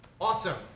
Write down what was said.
Awesome